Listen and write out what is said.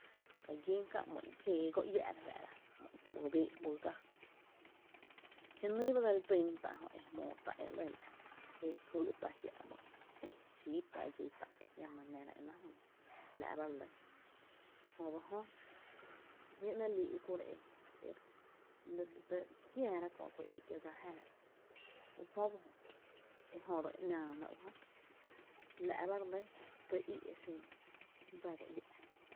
Ka gín kää ‘my’n jéé go iä’ re fáá´’ra juyy béé’ juyy gáá, jenyy ba dse li tyn tá’ ejmóo tá e lɇ la’ e kýy’ tá’ jia’ ‘myy’ e xíi tá’ dxí tá’ jiama nⱥ rá enáá’ jmóo la’ ba re lɇ, jö ba jö jmi’ ‘nɇɇ’ lii’ ukuro e re e re kiäära kö’ tý í’ kiee’ dsa jáaá ujö ba jö e jö ro’ e ‘naa ná ujö la’ ba re lɇ tý í’ e xin dsa go iä’.